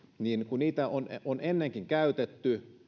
ja kun eduskunnan tietopalvelun laskelmia on ennenkin käytetty